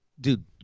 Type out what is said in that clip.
Dude